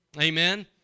amen